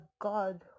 god